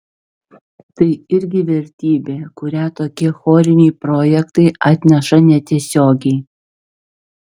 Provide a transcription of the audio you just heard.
tai irgi vertybė kurią tokie choriniai projektai atneša netiesiogiai